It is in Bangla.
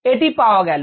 এটা পাওয়া গেল